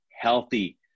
healthy